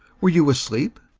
were you asleep?